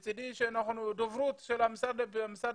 מצדי שדוברות משרד הפנים.